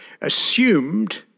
assumed